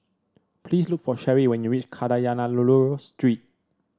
please look for Cheri when you reach Kadayanallur Street